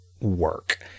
work